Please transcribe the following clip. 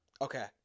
Okay